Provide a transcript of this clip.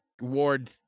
Ward